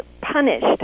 punished